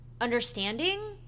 understanding